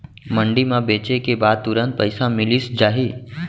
मंडी म बेचे के बाद तुरंत पइसा मिलिस जाही?